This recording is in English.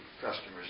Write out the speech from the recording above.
customers